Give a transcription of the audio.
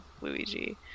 Luigi